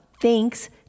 Thanks